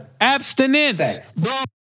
abstinence